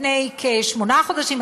לפני כשמונה חודשים,